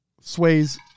Sways